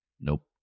Nope